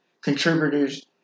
contributors